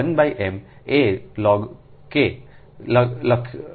4605 I m એ લોગ ક